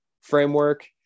framework